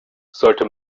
sollte